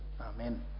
Amen